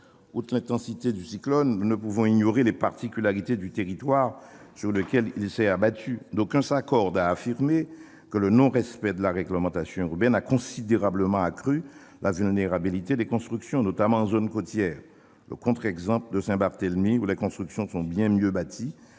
Outre l'intensité du cyclone, nous ne pouvons ignorer les particularités du territoire sur lequel il s'est abattu. D'aucuns s'accordent à affirmer que le non-respect de la réglementation urbaine a considérablement accru la vulnérabilité des constructions, notamment en zones côtières. Le contre-exemple de Saint-Barthélemy, où les constructions sont bien mieux bâties